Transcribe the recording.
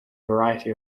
variety